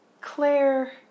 Claire